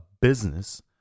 business